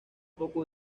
poco